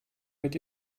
mit